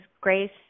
Grace